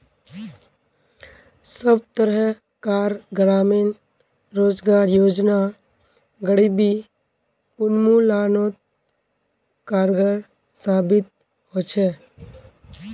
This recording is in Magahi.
सब तरह कार ग्रामीण रोजगार योजना गरीबी उन्मुलानोत कारगर साबित होछे